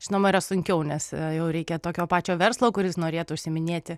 žinoma yra sunkiau nes jau reikia tokio pačio verslo kuris norėtų užsiiminėti